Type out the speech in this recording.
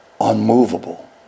unmovable